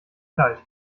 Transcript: kalt